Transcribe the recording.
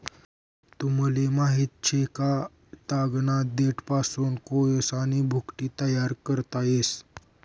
तुमले माहित शे का, तागना देठपासून कोयसानी भुकटी तयार करता येस